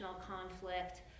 conflict